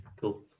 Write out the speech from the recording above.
cool